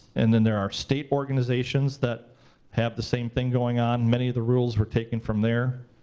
and then there are state organizations that have the same thing going on. many of the rules were taken from there,